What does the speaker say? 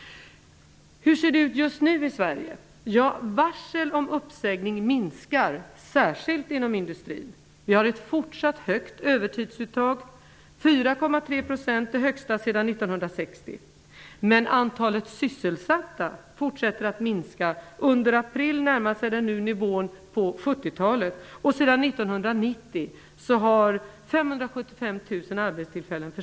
Hur ser det ut nu i Sverige? Varlsen om uppsägning minskar, särskilt inom industrin. Vi har ett fortsatt högt övertidsuttag, 4,3 %, det högsta sedan 1960. Men antalet sysselsatta fortsatte att minska under april och närmar sig nu nivån på 1970-talet.